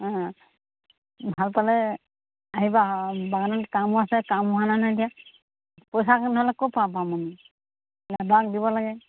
অঁ ভাল পালে আহিবা বাগানত কামো আছে কাম হোৱা নাই নহয় এতিয়া পইচা নহ'লে ক'ৰপৰা পাম আমি লেবাৰক দিব লাগে